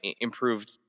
improved